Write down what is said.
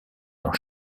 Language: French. dans